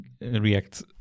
React